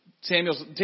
Samuel